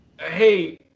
hey